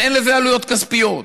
אין לזה עלויות כספיות.